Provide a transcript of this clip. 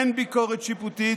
אין ביקורת שיפוטית.